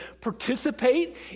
participate